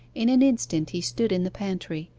in an instant he stood in the pantry,